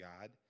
God